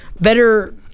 better